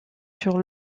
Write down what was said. sur